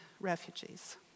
refugees